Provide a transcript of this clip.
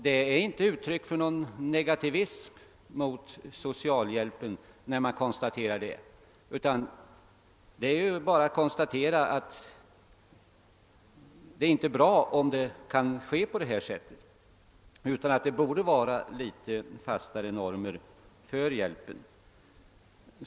Det är inte ett uttryck för någon negativism mot socialhjälpen när man konstaterar detta, men det är inte bra att sådant kan förekomma, utan det borde skapas fastare normer för hjälpen.